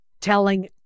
telling